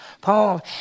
Paul